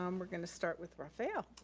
um we're gonna start with rafael.